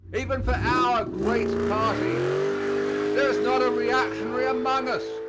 even for our great party there is not a reactionary among us.